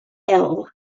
ill